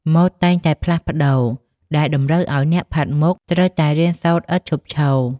ម៉ូដតែងតែផ្លាស់ប្តូរ ដែលតម្រូវឱ្យអ្នកផាត់មុខត្រូវតែរៀនសូត្រឥតឈប់ឈរ។